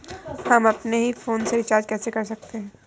हम अपने ही फोन से रिचार्ज कैसे कर सकते हैं?